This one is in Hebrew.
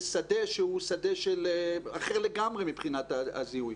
שדה שהוא שדה אחר לגמרי מבחינת הזיהוי?